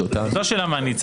זו לא שאלה מה אני הצעתי.